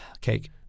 Cake